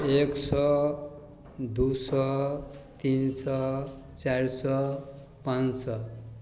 एक सओ दुइ सओ तीन सओ चारि सओ पाँच सओ